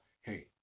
hey